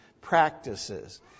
practices